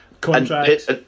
Contracts